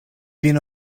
vin